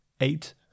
eight